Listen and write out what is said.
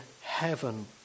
heaven